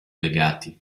legati